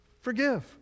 Forgive